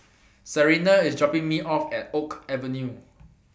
Sarina IS dropping Me off At Oak Avenue